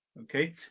Okay